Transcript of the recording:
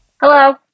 Hello